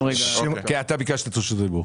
כן, אתה ביקשת את רשות הדיבור.